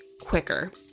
quicker